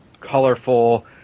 colorful